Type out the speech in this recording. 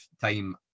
time